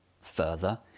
further